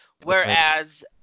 whereas